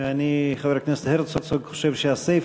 חבר הכנסת אורי מקלב, בבקשה.